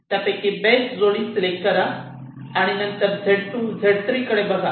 त्यापैकी बेस्ट जोडी सिलेक्ट करा आणि नंतर Z2 Z3 कडे बघा